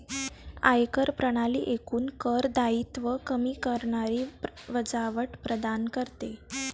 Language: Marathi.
आयकर प्रणाली एकूण कर दायित्व कमी करणारी वजावट प्रदान करते